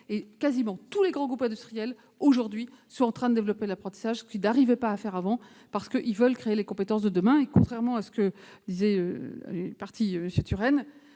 plus limité. Tous les grands groupes industriels, ou quasiment, sont en train de développer l'apprentissage, ce qu'ils n'arrivaient pas à faire auparavant, parce qu'ils veulent créer les compétences de demain. Contrairement à ce que disait M. Tourenne,